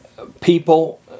People